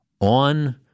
on